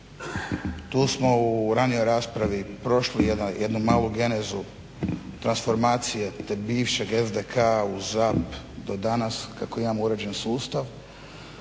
Tu smo u ranijoj raspravi prošli jednu malu genezu transformacije tog bivšeg SDK u ZAMP do danas kako imamo uređen sustav.